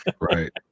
Right